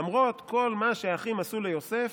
למרות כל מה שהאחים עשו ליוסף,